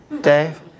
Dave